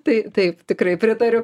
tai taip tikrai pritariu